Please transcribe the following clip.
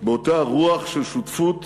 באותה רוח של שותפות,